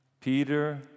Peter